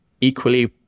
equally